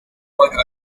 for